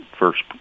first